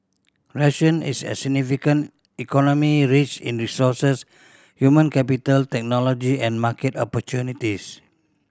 Russia is a significant economy rich in resources human capital technology and market opportunities